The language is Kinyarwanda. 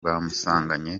bamusanganye